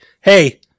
hey